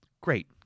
great